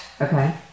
Okay